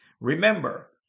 Remember